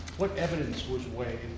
what evidence was weighed?